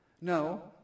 No